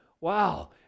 Wow